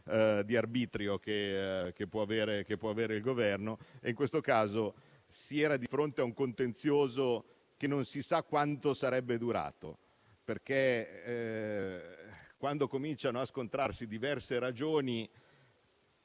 di arbitrio che può avere e in questo caso si era di fronte a un contenzioso che non si sa quanto sarebbe durato. Quando cominciano a scontrarsi diverse ragioni,